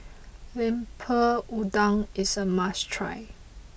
Lemper Udang is a must try